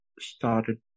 started